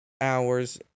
Hours